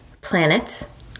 planets